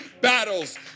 battles